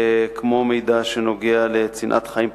כמו מידע שנוגע לצנעת חיים פרטית,